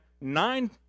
nine